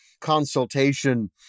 consultation